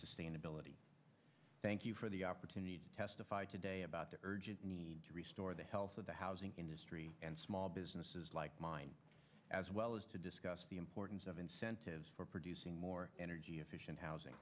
sustainability thank you for the opportunity to testify today about the urgent need to restore the health of the housing industry and small businesses like mine as well as to discuss the importance of incentives for producing more energy efficient housing